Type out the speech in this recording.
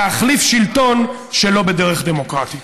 להחליף שלטון שלא בדרך דמוקרטית.